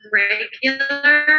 regular